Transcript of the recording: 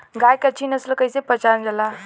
गाय के अच्छी नस्ल कइसे पहचानल जाला?